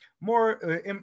more